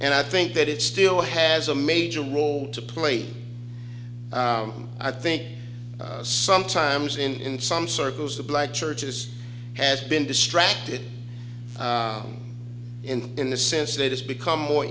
and i think that it still has a major role to play i think sometimes in some circles the black churches has been distracted in in the sense that it's become more